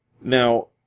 Now